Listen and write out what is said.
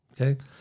Okay